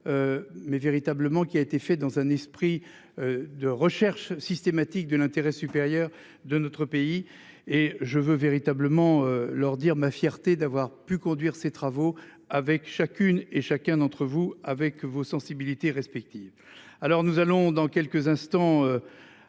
Mais véritablement, qui a été fait dans un esprit. De recherche systématique de l'intérêt supérieur de notre pays et je veux véritablement leur dire ma fierté d'avoir pu conduire ses travaux avec chacune et chacun d'entre vous, avec vos sensibilités respectives. Alors nous allons dans quelques instants.